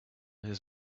his